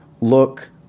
look